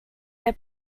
der